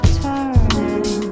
turning